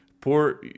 poor